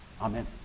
Amen